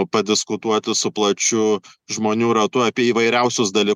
padiskutuoti su plačiu žmonių ratu apie įvairiausius daly